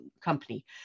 company